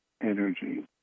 energy